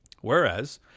Whereas